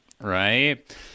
Right